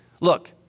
look